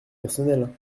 personnelle